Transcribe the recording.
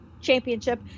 championship